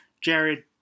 Jared